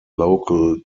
local